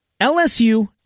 LSU